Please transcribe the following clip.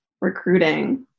recruiting